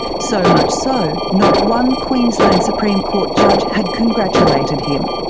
so much so not one queensland supreme court judge had congratulated him.